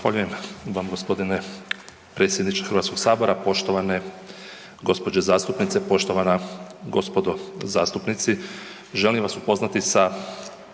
Zahvaljujem vam gospodine predsjedniče HS-a. Poštovane gospođo zastupnice, poštovana gospodo zastupnici. Želim vas upoznati sa